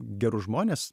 gerus žmones